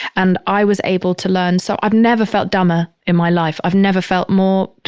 and i was able to learn. so i've never felt dumber in my life. i've never felt more,